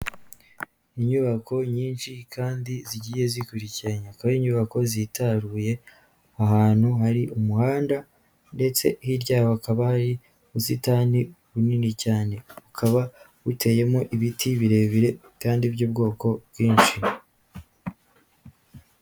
Inyubako nyinshi kandi zigiye zikurikiranye, akaba ari inyubako zitaruye ahantu hari umuhanda ndetse hirya yaho hakaba ubusitani bunini cyane, bukaba buteyemo ibiti birebire kandi by'ubwoko bwinshi.